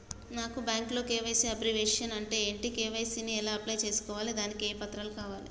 నాకు బ్యాంకులో KYC abbreviation అంటే ఏంటి కే.వై.సీ ని ఎలా అప్లై చేసుకోవాలి దానికి ఏ పత్రాలు కావాలి?